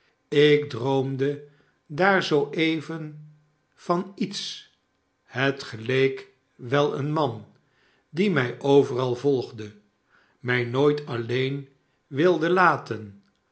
ik droomde daar zoo even van iets het geleek wel een man die mij overal volgde mij nooit alleen wilde laten